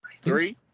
Three